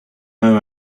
how